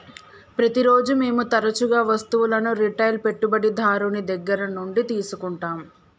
ప్రతిరోజు మేము తరచుగా వస్తువులను రిటైల్ పెట్టుబడిదారుని దగ్గర నుండి తీసుకుంటాం